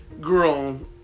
grown